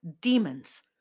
demons